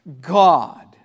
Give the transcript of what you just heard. God